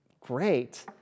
great